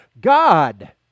God